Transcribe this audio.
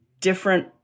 different